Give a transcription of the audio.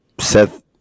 seth